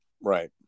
Right